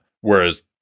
whereas